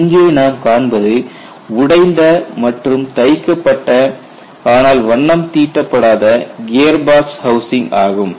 இங்கே நாம் காண்பது உடைந்த மற்றும் தைக்கப்பட்ட ஆனால் வண்ணம் தீட்டப்படாத கியர் பாக்ஸ் ஹவுசிங் ஆகும்